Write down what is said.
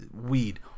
Weed